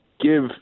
give